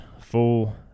full